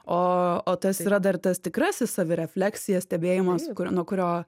o o tas yra dar tas tikrasis savirefleksija stebėjimas kur nuo kurio